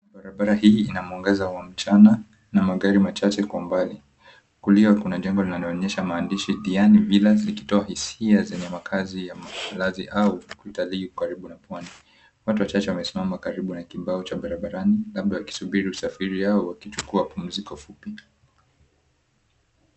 Barabara hii ina mwangaza wa mchana na magari machache kwa mbali. Kulia kuna jengo linaloonyesha maandishi, Diani Villas, ikitoa hisia zenye makazi ya malazi au utalii ulio karibu na pwani. Watu wachache wamesimama karibu na kibao cha barabarani, labda wakisubiri usafiri wao au wakichukua pumziko fupi.